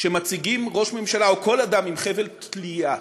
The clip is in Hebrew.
כשמציגים ראש ממשלה או כל אדם עם חבל תלייה,